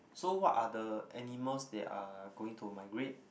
so what are the animals that are going to migrate